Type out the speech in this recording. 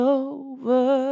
over